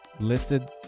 listed